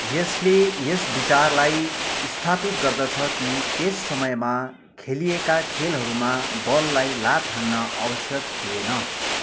यसले यस विचारलाई स्थापित गर्दछ कि त्यस समयमा खेलिएका खेलहरूमा बललाई लात हान्न आवश्यक थिएन